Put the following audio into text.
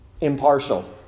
impartial